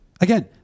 Again